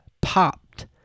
popped